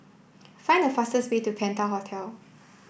find the fastest way to Penta Hotel